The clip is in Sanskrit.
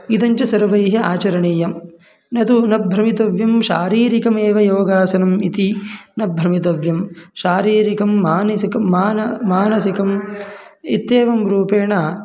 इदञ्च सर्वैः आचरणीयं न तु न भ्रमितव्यं शारीरिकमेव योगासनम् इति न भ्रमितव्यं शारीरिकं मानिसिकं मान मानसिकम् इत्येवं रूपेण